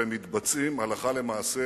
והם מתבצעים הלכה למעשה